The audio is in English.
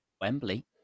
Wembley